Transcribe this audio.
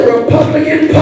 Republican